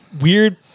weird